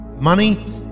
Money